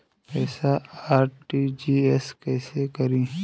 पैसा आर.टी.जी.एस कैसे करी?